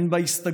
אין בה הסתגרות,